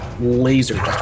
laser